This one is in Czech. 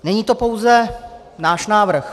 Není to pouze náš návrh.